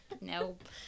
Nope